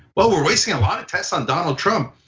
well, we're wasting a lot of tests on donald trump,